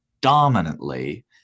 dominantly